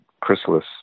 Chrysalis